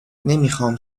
نمیخام